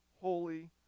holy